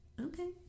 Okay